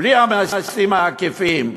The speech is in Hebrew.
בלי המסים העקיפים,